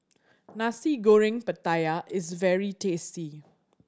Nasi Goreng Pattaya is very tasty